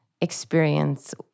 experience